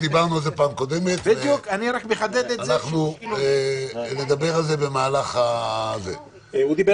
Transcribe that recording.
אנחנו נדבר על זה במהלך הדיון.